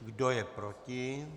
Kdo je proti?